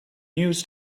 news